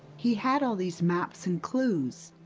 he had all these maps and clues.